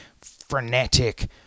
frenetic